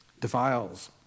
defiles